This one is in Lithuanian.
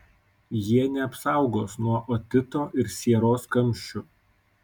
jie neapsaugos nuo otito ir sieros kamščių